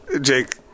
Jake